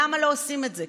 למה לא עושים את זה?